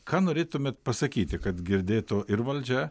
ką norėtumėt pasakyti kad girdėtų ir valdžia